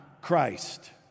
Christ